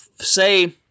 say